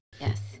Yes